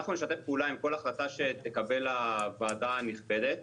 אנחנו נשתף פעולה עם כל החלטה שתקבל הוועדה הנכבדת,